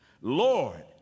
Lord